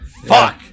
Fuck